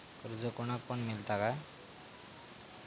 कर्ज कोणाक पण मेलता काय?